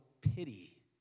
pity